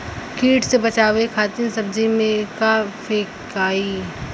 कीट से बचावे खातिन सब्जी में का फेकाई?